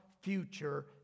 future